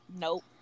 Nope